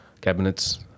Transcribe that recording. cabinets